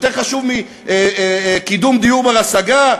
יותר חשוב מקידום דיור בר-השגה?